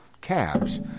cabs